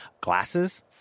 glasses